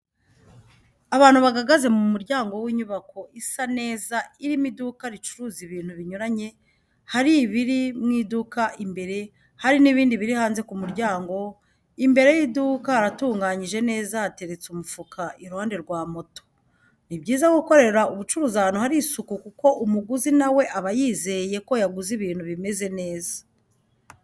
Abantu bagagaze mu muryango w'inyubako isa neza irimo iduka ricuruza ibintu binyuranye hari ibiri mw'iduka imbere hari n'ibindi biri hanze ku muryango, imbere y'iduka haratunganyije neza hateretse umufuka iruhande rwa moto. Ni byiza gukorera ubucuruzi ahantu hari isuku kuko umuguzi nawe aba yizeye ko yaguze ibintu bimeze neza.